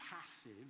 passive